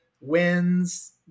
wins